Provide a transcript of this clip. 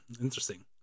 Interesting